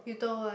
you told what